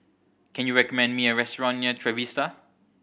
can you recommend me a restaurant near Trevista